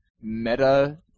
meta